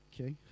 okay